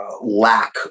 Lack